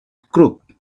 crook